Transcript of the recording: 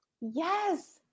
Yes